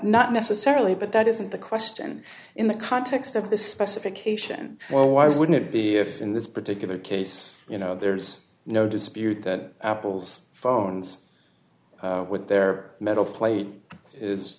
not necessarily but that isn't the question in the context of the specification well why wouldn't it be if in this particular case you know there's no dispute that apple's phones with their metal plate is